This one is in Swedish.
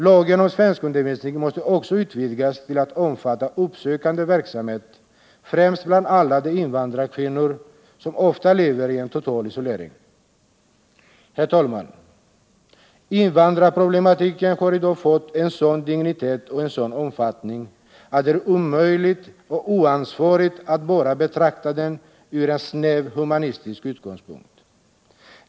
Lagen om svenskundervisning måste också utvidgas till att omfatta uppsökande verksamhet främst bland alla de invandrarkvinnor som ofta lever i en total isolering. Herr talman! Invandrarproblematiken har i dag en sådan dignitet och en sådan omfattning att det är omöjligt och oansvarigt att bara betrakta invandrarna ur en snäv humanistisk utgångspunkt.